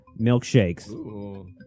Milkshakes